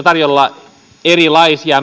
tarjolla erilaisia